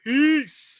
Peace